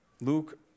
Luke